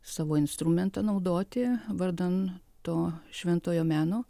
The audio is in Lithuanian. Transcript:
savo instrumentą naudoti vardan to šventojo meno